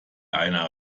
einer